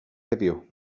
heddiw